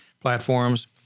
platforms